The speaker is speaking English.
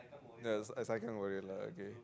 yeah saikang warriors lah okay